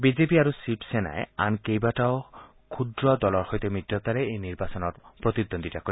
BJP আৰু শিৱসেনাই আনক কেইবাটাও ক্ষুদ্ৰ দলৰ সৈতে মিত্ৰতাৰে এই নিৰ্বাচনত প্ৰতিদ্বন্দ্বিতা কৰিব